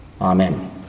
amen